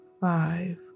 five